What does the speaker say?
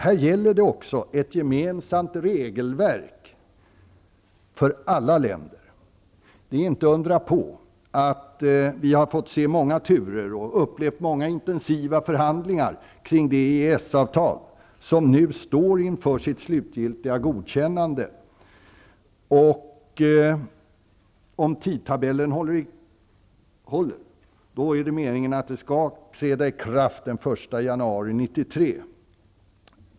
Här gäller det också ett gemensamt regelverk för alla berörda länder. Det är inte att undra på att vi har fått se många turer och upplevt många intensiva förhandlingar kring det EES-avtal som nu står inför sitt slutgiltiga godkännande. Det är meningen att det, om tidtabellen håller, skall träda i kraft den 1 januari 1993.